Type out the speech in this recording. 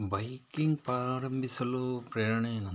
biking ಪ್ರಾರಂಭಿಸಲು ಪ್ರೇರಣೆ ಏನೆಂದರೆ